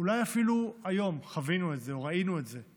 אולי אפילו היום חווינו את זה או ראינו את זה,